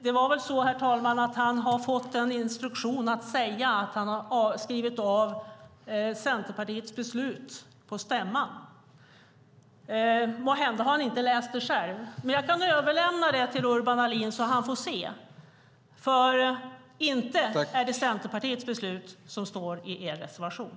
Han hade väl fått instruktionen att säga att han hade skrivit av Centerpartiets beslut från stämman. Han har måhända inte läst det själv, men jag kan överlämna det till Urban Ahlin, så att han får se det, för inte är det Centerpartiets beslut som står i er reservation.